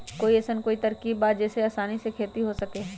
कोई अइसन कोई तरकीब बा जेसे आसानी से खेती हो सके?